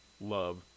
love